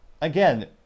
again